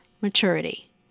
maturity